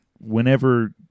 whenever